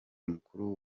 mukuru